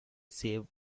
save